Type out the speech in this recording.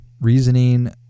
reasoning